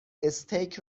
استیک